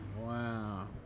Wow